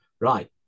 right